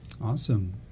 Awesome